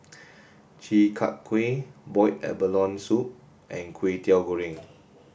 Chi Kak Kuih boiled abalone soup and Kwetiau Goreng